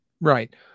Right